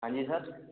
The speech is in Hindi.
हां जी सर